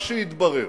מה שהתברר